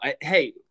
Hey